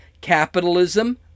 Capitalism